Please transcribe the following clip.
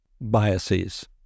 biases